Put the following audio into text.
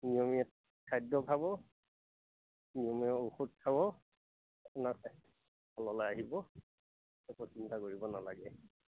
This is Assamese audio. নিয়মিত খাদ্য খাব নিয়মীয়া ঔষধ খাব আপোনাৰ ভাললৈ আহিব একো চিন্তা কৰিব নালাগে